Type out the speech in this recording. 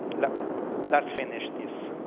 like let's finish this.